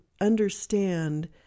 understand